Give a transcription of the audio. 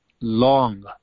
long